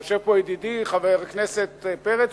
יושב פה ידידי חבר הכנסת פרץ,